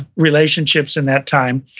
relationships in that time.